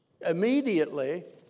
Immediately